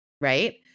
right